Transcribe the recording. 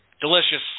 delicious